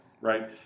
Right